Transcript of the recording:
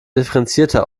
differenzierter